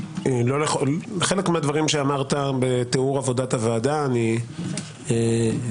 חלק מהדברים שאמרת בתיאור עבודת הוועדה, אני חושב